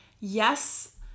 yes